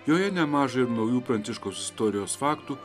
joje nemaža ir naujų pranciškaus istorijos faktų